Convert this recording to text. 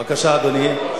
בבקשה, אדוני.